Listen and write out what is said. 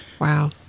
Wow